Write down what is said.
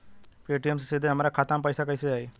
Paytm से सीधे हमरा खाता मे पईसा कइसे आई?